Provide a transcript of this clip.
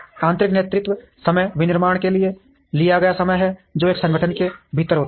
आंतरिक नेतृत्व समय विनिर्माण के लिए लिया गया समय है जो एक संगठन के भीतर होता है